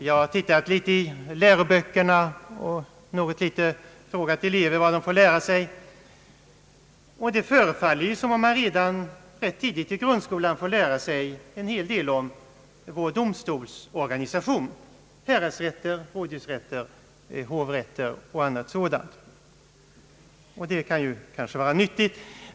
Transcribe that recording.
Jag har tittat i en del läroböcker och något litet frågat elever vad de får lära sig, och det förefaller som om man redan ganska tidigt i grundskolan får veta åtskilligt om vår domstolsorganisation — häradsrätter, rådhusrätter, hovrätter och annat sådant. Det kan måhända vara nyttigt.